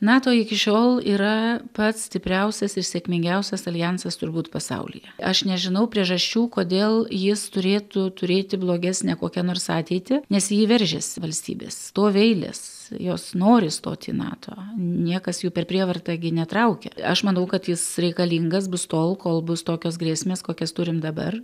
nato iki šiol yra pats stipriausias ir sėkmingiausias aljansas turbūt pasaulyje aš nežinau priežasčių kodėl jis turėtų turėti blogesnę kokią nors ateitį nes į jį veržiasi valstybės stovi eilės jos nori stoti į nato niekas jų per prievartą gi netraukia aš manau kad jis reikalingas bus tol kol bus tokios grėsmės kokias turim dabar